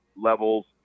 levels